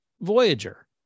Voyager